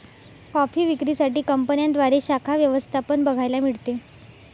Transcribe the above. coffee विक्री साठी कंपन्यांद्वारे शाखा व्यवस्था पण बघायला मिळते